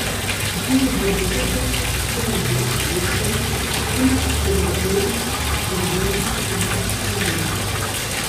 dujų burbuliukai kylantys paviršiun būna sulig žirniu ir juos nesunku atpažinti